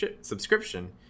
subscription